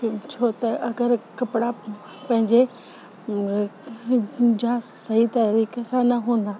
छो छो त अगरि कपिड़ा पंहिंजे जा सई तरीक़े सां न हूंदा